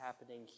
happening